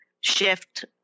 shift